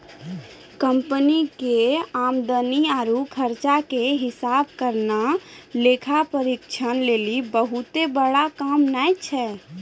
company के आमदनी आरु खर्चा के हिसाब करना लेखा परीक्षक लेली बहुते बड़का काम नै छै